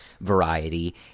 variety